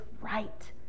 right